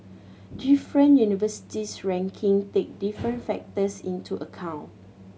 different universities ranking take different factors into account